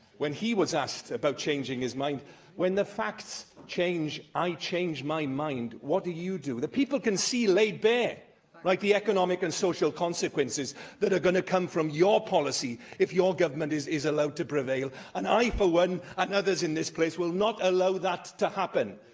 when he was asked about changing his mind when the facts change, i change my mind. what do you do? the people can see laid bare like the economic and social consequences that are going to come from your policy if your government is is allowed to prevail. and i for one, and others in this place, will not allow that to happen.